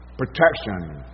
protection